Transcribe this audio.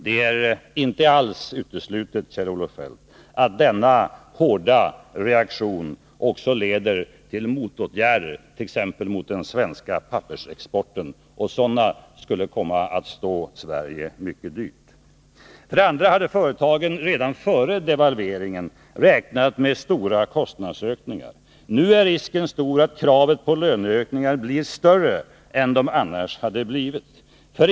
Det är inte alls uteslutet, Kjell-Olof Feldt, att denna hårda reaktion också leder till motåtgärder, t.ex. mot den svenska pappersexporten. Sådana motåtgärder skulle komma att stå Sverige mycket dyrt. För det andra hade företagen redan före devalveringen räknat med stora kostnadsökningar. Nu är risken stor att kraven på lönehöjningar blir större än de annars skulle ha blivit.